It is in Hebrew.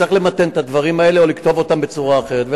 וצריך למתן את הדברים האלה או לכתוב אותם בצורה אחרת.